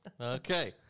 Okay